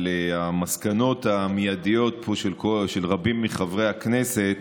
על המסקנות המיידיות פה של רבים מחברי הכנסת.